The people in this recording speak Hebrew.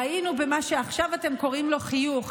ראינו במה שעכשיו אתם קוראים לו חיוך,